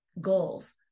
goals